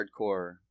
hardcore